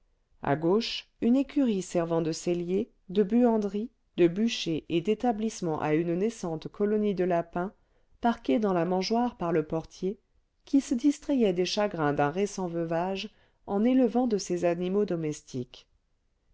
à gauche une écurie servant de cellier de buanderie de bûcher et d'établissement à une naissante colonie de lapins parqués dans la mangeoire par le portier qui se distrayait des chagrins d'un récent veuvage en élevant de ces animaux domestiques